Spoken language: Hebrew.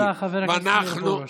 תודה, חבר הכנסת מאיר פרוש.